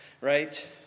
right